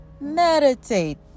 Meditate